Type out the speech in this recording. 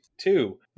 Two